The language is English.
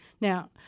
Now